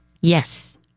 Yes